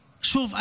שוב,